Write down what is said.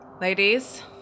Ladies